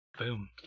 Boom